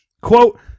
Quote